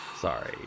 Sorry